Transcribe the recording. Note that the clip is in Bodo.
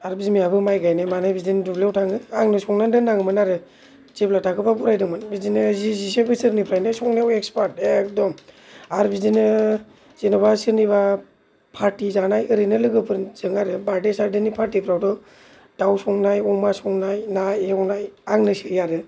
आरो बिमायाबो माइ गायनाय मानाय बिदिनो दुब्लियाव थाङो आंनो संनानै दोननाङोमोन आरो जेब्ला थाखोबा फरायदोंमोन बिदिनो जि जिसे बोसोरनिफ्रायनो संनायाव एक्सपार्ट एकदम आरो बिदिनो जेनबा सोरनिबा पार्टि जानाय एरैनो लोगोफोरजों आरो बार्थडे सार्थडे नि पार्टिफ्रावथ' दाउ संनाय अमा संनाय ना एवनाय आंनोसै आरो